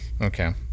Okay